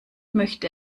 möchte